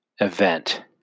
event